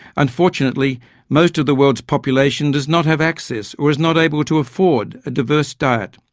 unfortunately most of the world's population does not have access or is not able to afford a diverse diet.